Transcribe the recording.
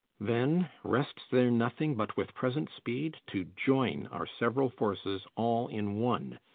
then rests there nothing, but with present speed to join our several forces all in one,